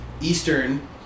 Eastern